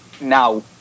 now